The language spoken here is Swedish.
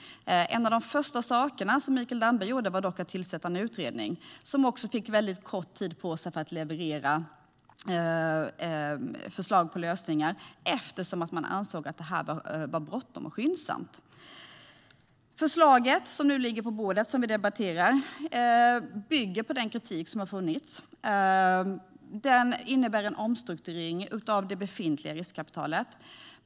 En av de första saker som Mikael Damberg gjorde var att tillsätta en utredning som fick väldigt kort tid på sig att leverera förslag till lösningar, eftersom man ansåg att det här var bråttom och skyndsamt. Förslaget som nu ligger på bordet och som vi debatterar bygger på den kritik som har funnits. Det innebär en omstrukturering av det befintliga riskkapitalet.